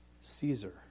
Caesar